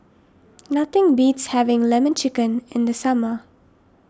nothing beats having Lemon Chicken in the summer